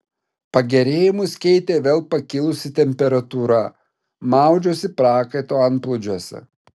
pagerėjimus keitė vėl pakilusi temperatūra maudžiausi prakaito antplūdžiuose